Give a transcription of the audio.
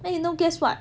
then you know guess what